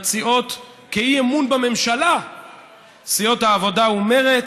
מציעות כאי-אמון בממשלה סיעות העבודה ומרצ,